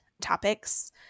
topics